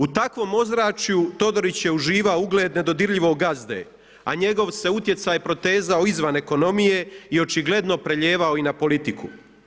U takvom ozračju Todorić je uživao ugled nedodirljivog gazde, a njegov se utjecaj protezao izvan ekonomije i očigledno prelijevao i na politiku.